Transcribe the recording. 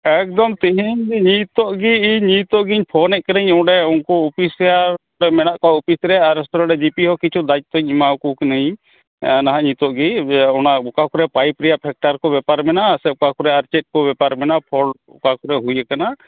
ᱮᱠᱫᱚᱢ ᱛᱤᱦᱤᱧ ᱜᱮ ᱱᱤᱛᱚᱜ ᱜᱮ ᱤᱧ ᱱᱤᱛᱚᱜ ᱜᱤᱧ ᱯᱷᱳᱱᱮᱫ ᱠᱟᱹᱱᱟᱹᱧ ᱚᱸᱰᱮ ᱩᱱᱠᱩ ᱚᱯᱤᱥᱤᱭᱟᱞ ᱨᱮ ᱢᱮᱱᱟᱜ ᱠᱚᱣᱟ ᱚᱯᱷᱤᱥ ᱨᱮ ᱟᱨ ᱦᱚᱸ ᱠᱤᱪᱷᱩ ᱫᱟᱭᱤᱛᱛᱚᱧ ᱮᱢᱟᱣᱟᱠᱚ ᱠᱟᱱᱟᱭᱤᱧ ᱚᱱᱟ ᱦᱟᱸᱜ ᱱᱤᱛᱚᱜ ᱜᱮ ᱤᱭᱟᱹ ᱚᱱᱟ ᱚᱠᱟ ᱠᱚᱨᱮ ᱯᱟᱭᱤᱯ ᱨᱮᱭᱟᱜ ᱯᱷᱮᱠᱴᱟᱨ ᱠᱚ ᱵᱮᱯᱟᱨ ᱢᱮᱱᱟᱜᱼᱟ ᱥᱮ ᱚᱠᱟ ᱠᱚᱨᱮ ᱟᱨ ᱪᱮᱫ ᱠᱚ ᱵᱮᱯᱟᱨ ᱢᱮᱱᱟᱜᱼᱟ ᱯᱷᱚᱞᱴ ᱚᱠᱟ ᱠᱚᱨᱮ ᱦᱩᱭᱟᱠᱟᱱᱟ